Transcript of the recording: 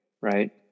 right